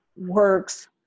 works